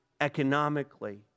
economically